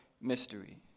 mystery